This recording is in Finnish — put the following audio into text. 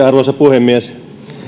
arvoisa puhemies